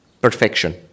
perfection